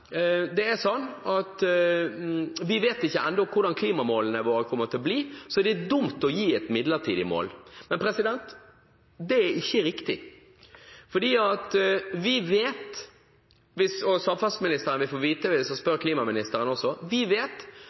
det er sånn at vi ennå ikke vet hvordan klimamålene våre kommer til å bli, så det er dumt å gi et midlertidig mål. Men det er ikke riktig. Vi vet – og samferdselsministeren vil få vite det hvis han spør klimaministeren – at med det opplegget som foreligger fra EU, kommer vi